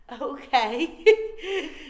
okay